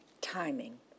timing